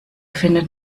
findet